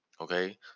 okay